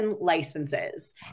licenses